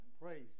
Praise